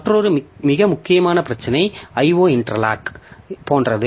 மற்றொரு மிக முக்கியமான பிரச்சினை IO இன்டர்லாக் போன்றது